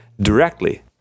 directly